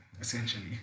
essentially